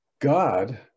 god